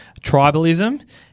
tribalism